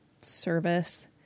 service